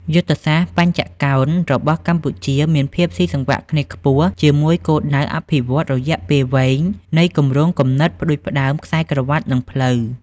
យុទ្ធសាស្ត្របញ្ចកោណរបស់កម្ពុជាមានភាពស៊ីសង្វាក់គ្នាខ្ពស់ជាមួយគោលដៅអភិវឌ្ឍន៍រយៈពេលវែងនៃគម្រោង គំនិតផ្ដួចផ្ដើមខ្សែក្រវាត់ និងផ្លូវ ។